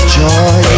joy